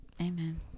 Amen